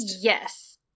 yes